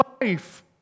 life